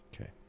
Okay